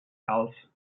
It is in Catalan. calç